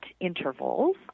intervals